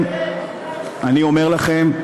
אני אומר לכם,